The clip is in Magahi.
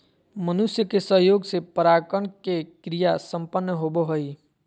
मनुष्य के सहयोग से परागण के क्रिया संपन्न होबो हइ